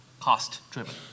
cost-driven